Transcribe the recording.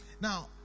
now